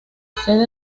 sede